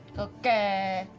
okay,